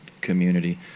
community